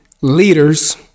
leaders